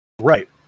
Right